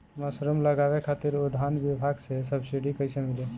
Mushroom लगावे खातिर उद्यान विभाग से सब्सिडी कैसे मिली?